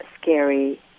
scary